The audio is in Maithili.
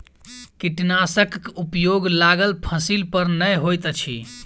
कीटनाशकक उपयोग लागल फसील पर नै होइत अछि